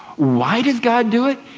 why does god do it?